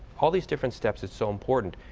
all of these different steps is so important.